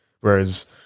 Whereas